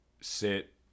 sit